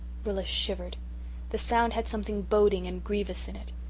rilla shivered the sound had something boding and grievous in it.